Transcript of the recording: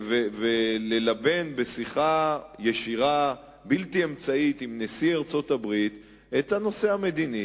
וללבן בשיחה ישירה ובלתי אמצעית עם נשיא ארצות-הברית את הנושא המדיני.